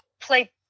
play